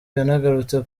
yanagarutse